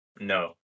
No